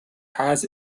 has